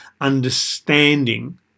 understanding